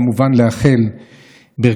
כיו"ר ועדת הכלכלה,